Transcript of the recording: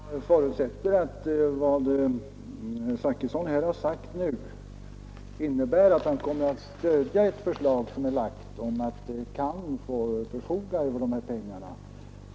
Herr talman! Jag förutsätter att vad herr Zachrisson nu har sagt innebär att han kommer att stödja ett förslag som är framlagt om att CAN skall få förfoga över de 5 miljonerna.